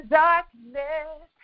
darkness